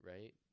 right